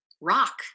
rock